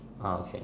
oh okay